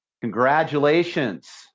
Congratulations